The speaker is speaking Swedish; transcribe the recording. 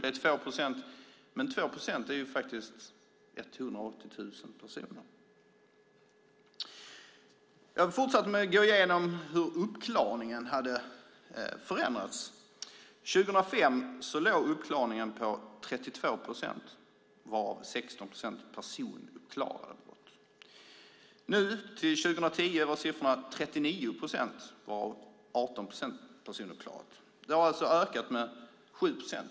Det är 2 procent, men 2 procent är faktiskt 180 000 personer. Jag fortsatte med att gå igenom hur uppklaringen hade förändrats. År 2005 låg uppklaringen på 32 procent, varav 16 procent var personuppklarade brott. Nu, 2010, var siffrorna 39 procent, varav 18 procent var personuppklarade. Det har alltså ökat med 7 procent.